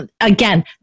again